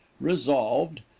resolved